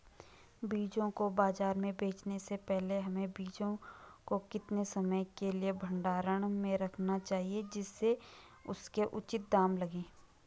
बीजों को बाज़ार में बेचने से पहले हमें बीजों को कितने समय के लिए भंडारण में रखना चाहिए जिससे उसके उचित दाम लगें?